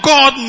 God